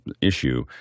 issue